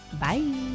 bye